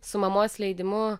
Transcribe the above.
su mamos leidimu